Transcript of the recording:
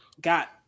got